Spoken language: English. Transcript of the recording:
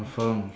confirm